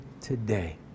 today